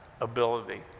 ability